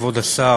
כבוד השר,